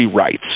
rights